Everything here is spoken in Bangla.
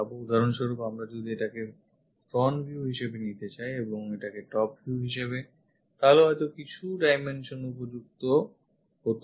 উদাহরণস্বরূপ আমরা যদি এটাকে front view হিসেবে নিতে যাই এবং এটাকে top view হিসেবে তাহলে হয়তো কিছু dimension উপযুক্ত হতো না